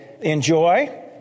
enjoy